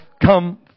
come